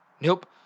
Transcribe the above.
nope